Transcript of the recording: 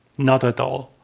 not at all.